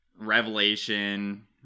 revelation